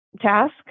task